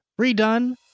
redone